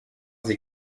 sie